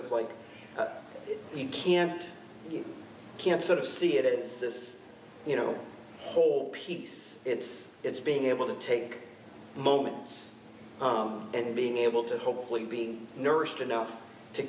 of like you can't you can sort of see it is this you know whole peace it's it's being able to take moments and being able to hopefully be nursed enough to